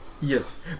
Yes